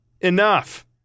enough